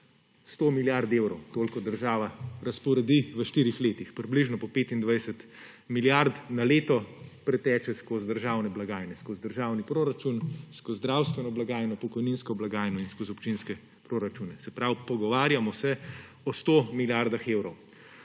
100 milijard evrov, toliko država razporedi v štirih letih. Približno po 25 milijard na leto preteče skozi državne blagajne, skozi državni proračun, skozi zdravstveno blagajno, pokojninsko blagajno in skozi občinske proračune. Se pravi, pogovarjamo se o 100 milijardah evrov.